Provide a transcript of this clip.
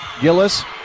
Gillis